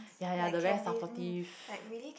ya ya the very supportive